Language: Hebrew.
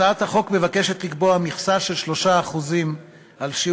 הצעת החוק מבקשת לקבוע מכסה של 3% לגבי